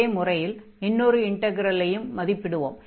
அதே முறையில் இன்னொரு இன்டக்ரலையும் மதிப்பிடுவோம்